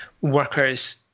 workers